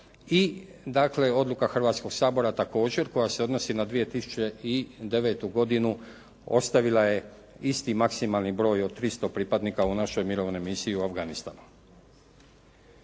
i Odluka Hrvatskoga sabora također koja se odnosi na 2009. godinu ostavila je isti maksimalni broj od 300 pripadnika u našoj Mirovnoj misiji u Afganistanu.